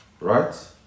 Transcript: right